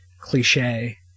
cliche